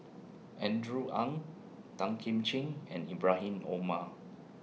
Andrew Ang Tan Kim Ching and Ibrahim Omar